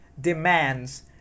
demands